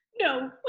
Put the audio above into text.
No